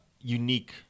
unique